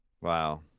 Wow